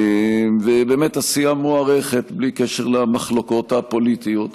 ובאמת עשייה מוערכת, בלי קשר למחלוקות הפוליטיות.